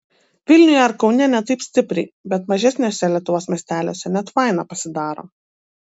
vilniuje ar kaune ne taip stipriai bet mažesniuose lietuvos miesteliuose net faina pasidaro